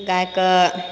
गायकऽ